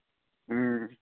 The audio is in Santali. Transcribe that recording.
ᱦᱮᱸ